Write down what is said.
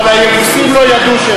היבוסים לא ידעו.